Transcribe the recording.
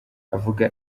avuga